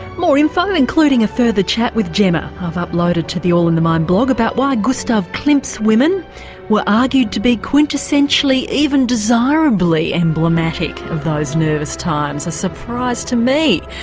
more info, including a further chat with gemma i've uploaded to the all in the mind blog about why gustav klimt's women were argued to be quintessentially, even desirably emblematic of those nervous times a surprise to me.